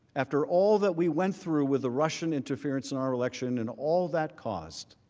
after all that we went through with the russian interference in our election, and all that caused,